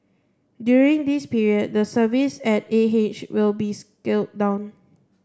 during this period the services at A H will be scaled down